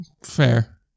Fair